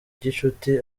gicuti